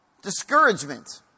discouragement